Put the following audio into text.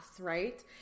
right